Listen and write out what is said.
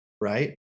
Right